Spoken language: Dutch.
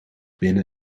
binnen